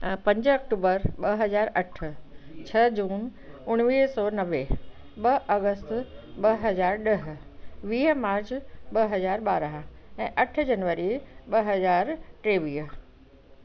पंज अक्टूबर ॿ हज़ार अठ छ्ह जून उणिवीअ सौ नवे ॿ अगस्त ॿ हज़ार ॾह वीह मार्च ॿ हज़ार ॿारहं ऐं अठ जनवरी ॿ हज़ार टेवीह